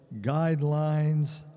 guidelines